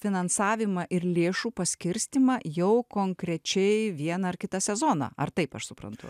finansavimą ir lėšų paskirstymą jau konkrečiai vieną ar kitą sezoną ar taip aš suprantu